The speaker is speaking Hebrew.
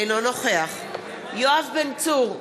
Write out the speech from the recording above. אינו נוכח יואב בן צור,